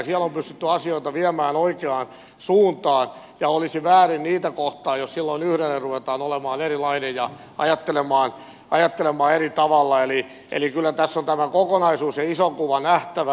siellä on pystytty asioita viemään oikeaan suuntaan ja olisi väärin niitä kohtaan jos silloin yhdelle ruvetaan olemaan erilainen ja ajattelemaan eri tavalla eli kyllä tässä on tämä kokonaisuus ja iso kuva nähtävä